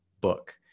book